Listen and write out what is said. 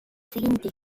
sérénité